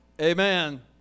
Amen